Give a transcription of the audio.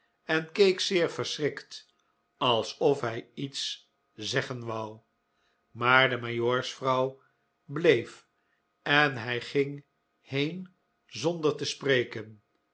en keek zeer verschrikt alsof hij iets zeggen wou maar de majoorsvrouw bleef en hij ging heen zonder te spreken